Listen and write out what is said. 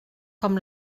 com